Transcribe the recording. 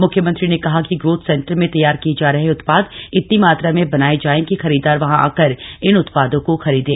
मुख्यमंत्री ने कहा कि ग्रोथ सेंटर में तैयार किए जा रहे उत्पाद इतनी मात्रा में बनाए जाएं कि खरीददार वहां आकर इन उत्पादों को खरीदें